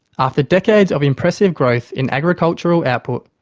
after decades of impressive growth in agricultural output,